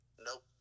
Nope